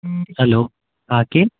हलो हा केरु